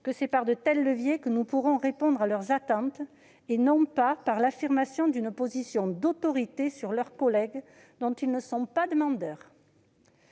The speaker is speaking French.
que c'est par de tels leviers que nous pourrons répondre à leurs attentes, et non par l'affirmation d'une position d'autorité, dont ils ne sont pas demandeurs,